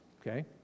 okay